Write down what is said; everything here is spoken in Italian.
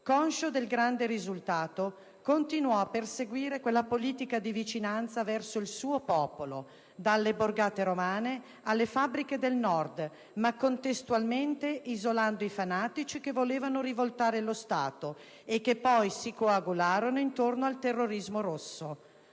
Conscio del grande risultato, continuò a perseguire quella politica di vicinanza verso il suo popolo, dalle borgate romane alle fabbriche del Nord, ma contestualmente isolando i fanatici che volevano rivoltare lo Stato e che poi si coagularono intorno al terrorismo rosso.